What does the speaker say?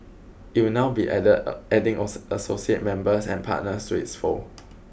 it will now be adding associate members and partners to its fold